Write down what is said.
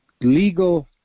legal